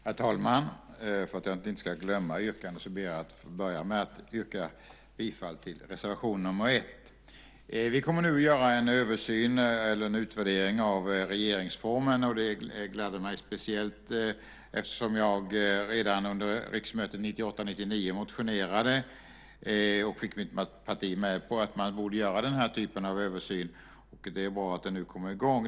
Herr talman! För att jag inte ska glömma yrkandet börjar jag med att yrka bifall till reservation 1. Vi kommer nu att göra en översyn, eller en utvärdering, av regeringsformen. Det gläder mig speciellt därför att jag redan under riksmötet 1998/99 motionerade om och fick mitt parti med på att man borde göra den här typen av översyn. Det är bra att den nu kommer i gång.